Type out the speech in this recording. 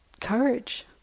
courage